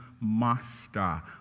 master